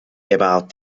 about